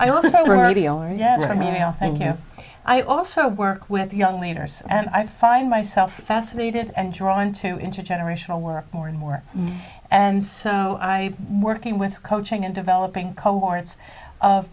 know i also work with young leaders and i find myself fascinated and drawn to intergenerational work more and more and so i working with coaching and developing cohorts of